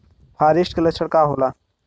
फारेस्ट के लक्षण का होला?